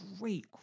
great